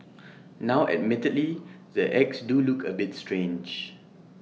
now admittedly the eggs do look A bit strange